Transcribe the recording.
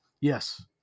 Yes